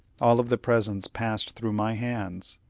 all of the presents passed through my hands.